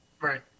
Right